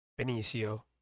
Benicio